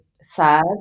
sad